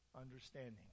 understanding